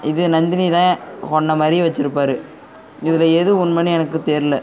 இது நந்தினி தான் கொன்ற மாதிரி வச்சுருப்பாரு இதில் எது உண்மைனு எனக்கு தெரில